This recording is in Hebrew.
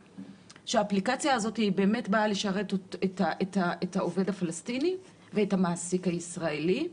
שהאפליקציה הזאת באמת באה לשרת את העובד הפלסטיני ואת המעסיק הישראלי,